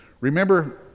Remember